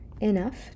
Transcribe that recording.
enough